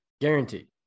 Guaranteed